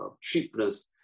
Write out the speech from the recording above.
cheapness